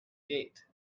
gate